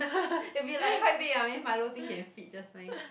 it'll be quite like big ah I mean milo tin can fit just nice